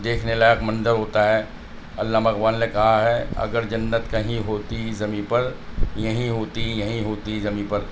دیکھنے لائق منظر ہوتا ہے علامہ اقبال نے کہا ہے اگر جنت کہیں ہوتی زمیں پر یہیں ہوتی یہیں ہوتی زمیں پر